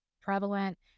prevalent